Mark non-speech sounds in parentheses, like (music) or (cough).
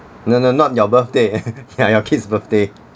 no no not your birthday (laughs) ya your kids' birthday